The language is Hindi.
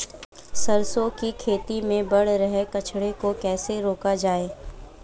सरसों की खेती में बढ़ रहे कचरे को कैसे रोका जाए?